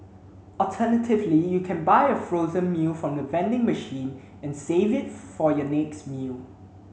alternatively you can buy a frozen meal from the vending machine and save it for your next meal